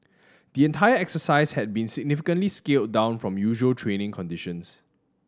the entire exercise had been significantly scaled down from usual training conditions